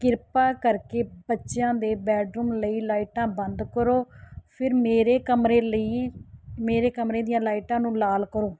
ਕਿਰਪਾ ਕਰਕੇ ਬੱਚਿਆਂ ਦੇ ਬੈਡਰੂਮ ਲਈ ਲਾਈਟਾਂ ਬੰਦ ਕਰੋ ਫਿਰ ਮੇਰੇ ਕਮਰੇ ਲਈ ਮੇਰੇ ਕਮਰੇ ਦੀਆਂ ਲਾਈਟਾਂ ਨੂੰ ਲਾਲ ਕਰੋ